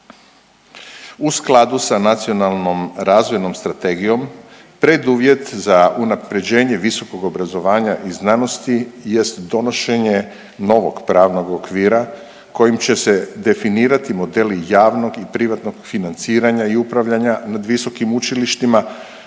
U skladu sa Nacionalnom razvojnom strategijom preduvjet za unaprjeđenje visokog obrazovanja i znanosti jest donošenje novog pravnog okvira kojim će se definirati model javnog i privatnog financiranja i upravljanja nad visokim učilištima,